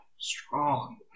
strong